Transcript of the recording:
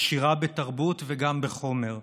עשירה בתרבות וגם בחומר,